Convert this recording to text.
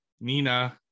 Nina